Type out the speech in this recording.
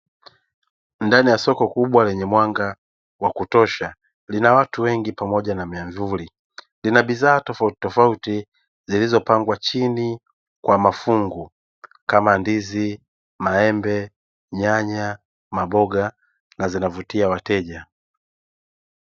Ndani ya soko kubwa lenye mwanga wa kutosha, lina watu wengi pamoja na miamvuli. Lina bidhaa tofautitofauti zilizopangwa chini kwa mafungu kama: ndizi, maembe, nyanya, maboga na zinavutia wateja.